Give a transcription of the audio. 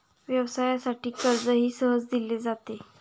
व्यवसायासाठी कर्जही सहज दिले जाते